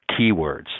keywords